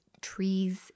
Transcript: trees